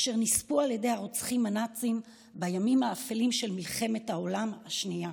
אשר נספו על ידי הרוצחים הנאצים בימים האפלים של מלחמת העולם השנייה".